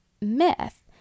myth